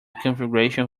configuration